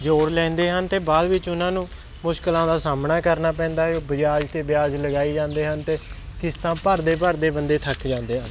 ਜੋੜ ਲੈਂਦੇ ਹਨ ਅਤੇ ਬਾਅਦ ਵਿੱਚ ਉਹਨਾਂ ਨੂੰ ਮੁਸ਼ਕਿਲਾਂ ਦਾ ਸਾਹਮਣਾ ਕਰਨਾ ਪੈਂਦਾ ਵਿਆਜ 'ਤੇ ਵਿਆਜ ਲਗਾਈ ਜਾਂਦੇ ਹਨ ਅਤੇ ਕਿਸ਼ਤਾਂ ਭਰਦੇ ਭਰਦੇ ਬੰਦੇ ਥੱਕ ਜਾਂਦੇ ਹਨ